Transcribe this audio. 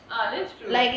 ah that's true